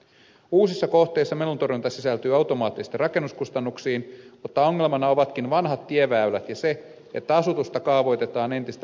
uusissa kohteissa meluntorjunta sisältyy automaattisesti rakennuskustannuksiin mutta ongelmana ovatkin vanhat tieväylät ja se että asutusta kaavoitetaan entistä lähemmäs teitä